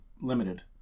Limited